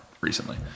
recently